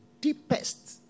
deepest